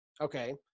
okay